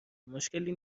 مشکلی